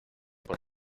por